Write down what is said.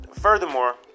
furthermore